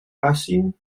facin